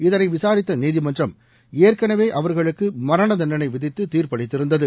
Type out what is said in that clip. இதை விசாரித்த நீதிமன்றம் ஏற்கனவே அவர்களுக்கு மரண தண்டனை விதித்து தீர்ப்பளித்திருந்தது